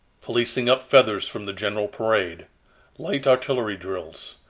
policing up feathers from the general parade light artillery drills,